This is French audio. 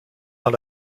dans